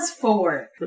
Four